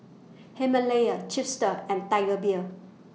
Himalaya Chipster and Tiger Beer